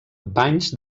banys